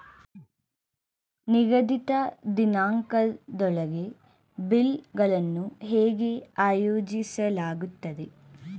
ನಿಗದಿತ ದಿನಾಂಕದೊಳಗೆ ಬಿಲ್ ಗಳನ್ನು ಹೇಗೆ ಆಯೋಜಿಸಲಾಗುತ್ತದೆ?